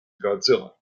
godzilla